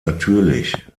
natürlich